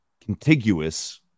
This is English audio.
contiguous